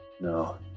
No